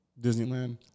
Disneyland